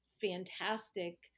fantastic